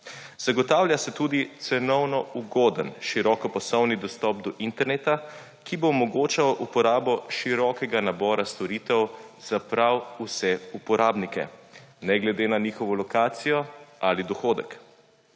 Zagotavlja se tudi cenovno ugoden, širokopasovni dostop do interneta, ki bo omogočal uporabo širokega nabora storitev za prav vse uporabnike, ne glede na njihovo lokacijo ali dohodek.